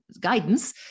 guidance